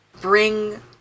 bring